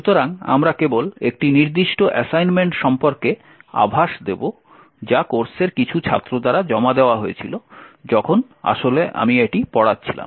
সুতরাং আমরা কেবল একটি নির্দিষ্ট অ্যাসাইনমেন্ট সম্পর্কে আভাস দেব যা কোর্সের কিছু ছাত্র দ্বারা জমা দেওয়া হয়েছিল যখন আসলে আমি এটি পড়াচ্ছিলাম